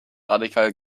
radikal